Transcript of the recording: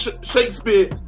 Shakespeare